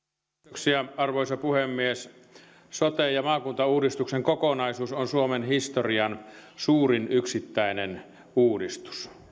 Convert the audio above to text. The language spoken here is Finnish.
arvoisa puhemies sote ja maakuntauudistuksen kokonaisuus on suomen historian suurin yksittäinen uudistus